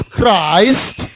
Christ